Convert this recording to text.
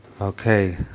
Okay